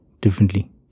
differently